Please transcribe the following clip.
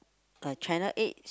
at channel eight